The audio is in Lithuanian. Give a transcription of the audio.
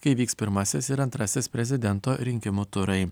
kai vyks pirmasis ir antrasis prezidento rinkimų turai